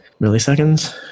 milliseconds